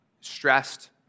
stressed